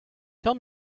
tell